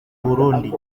burundi